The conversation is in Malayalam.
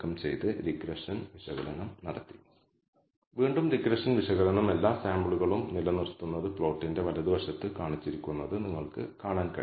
എഫ് സ്റ്റാറ്റിസ്റ്റിക്സ് വളരെ ഉയർന്നതാണ് ഈ p മൂല്യം വളരെ കുറവാണ് അതിനർത്ഥം നിങ്ങൾ β1 ഉൾപ്പെടെയുള്ള β1 ഉപയോഗിക്കണം എന്നതിന്റെ അർത്ഥം റെഡ്യൂസ്ഡ് മോഡൽ മതിയെന്ന നൾ ഹൈപോതെസിസ് നിങ്ങൾ നിരസിക്കും